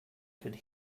could